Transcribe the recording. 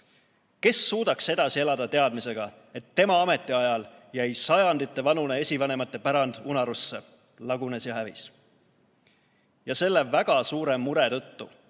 Kes suudaks edasi elada teadmisega, et tema ametiajal jäi sajanditevanune esivanemate pärand unarusse, lagunes ja hävis? Selle väga suure mure tõttu